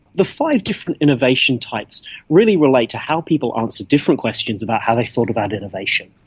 the five different innovation types really relate to how people answer different questions about how they've thought about innovation.